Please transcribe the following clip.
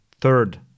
third